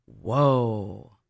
Whoa